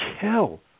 kill